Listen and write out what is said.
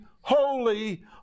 holy